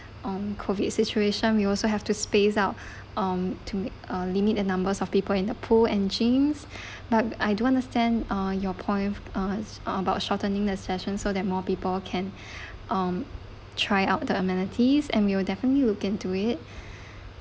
um COVID situation we also have to space out um to uh limit the numbers of people in the pool and gyms but I do understand uh your points uh uh about shortening the session so that more people can um try out the amenities and we will definitely look into it